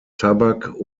tabak